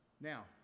now